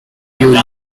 you